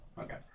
okay